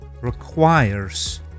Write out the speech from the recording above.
requires